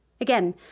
Again